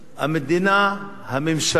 המדינה, הממשלה,